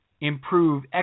improve